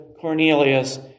Cornelius